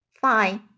Fine